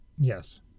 Yes